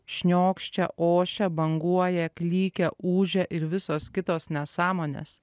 šniokščia ošia banguoja klykia ūžia ir visos kitos nesąmonės